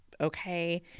okay